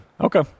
Okay